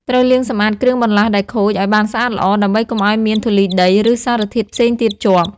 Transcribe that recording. ត្រូវលាងសម្អាតគ្រឿងបន្លាស់ដែលខូចឲ្យបានស្អាតល្អ ដើម្បីកុំឲ្យមានធូលីដី ឬសារធាតុផ្សេងទៀតជាប់។